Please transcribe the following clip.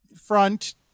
front